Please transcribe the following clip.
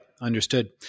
Understood